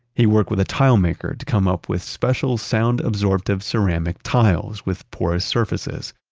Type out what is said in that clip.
he worked with a tile maker to come up with special sound-absorptive ceramic tiles with porous surfaces.